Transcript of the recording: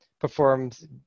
performs